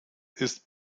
ist